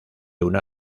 una